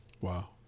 Wow